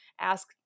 ask